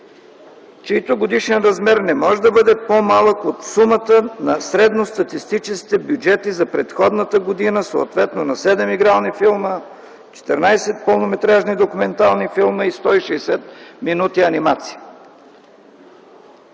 чийто годишен размер не може да бъде по-малък от сумата на средностатистическите бюджети за предходната година, съответно на 7 игрални филма, 14 пълнометражни документални филма и 160 минути анимация.”